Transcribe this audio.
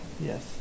Yes